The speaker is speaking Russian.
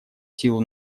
силу